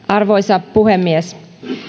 arvoisa puhemies